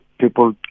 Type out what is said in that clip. people